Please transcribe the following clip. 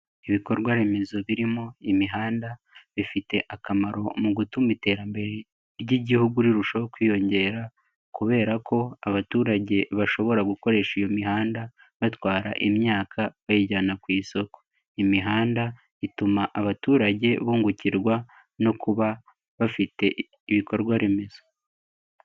Ibikorwa remezo birimo imihanda bifite akamaro mu gutuma iterambere ry'Igihugu rirushaho kwiyongera kubera ko abaturage bashobora gukoresha iyo mihanda batwara imyaka bayijyana ku isoko. Imihanda ituma abaturage bungukirwa no kuba bafite ibikorwa remezo.